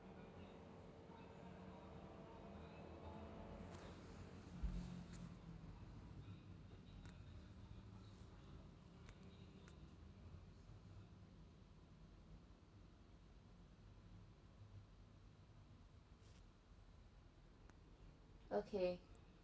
okay